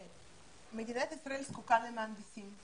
מדינת ישראל זקוקה למהנדסים.